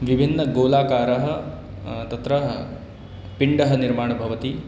विभिन्नगोलाकाराः तत्र पिण्डाः निर्माणं भवति